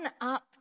up